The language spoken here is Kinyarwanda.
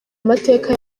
amateka